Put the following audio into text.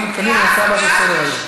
אנחנו מתקדמים לנושא הבא בסדר-היום: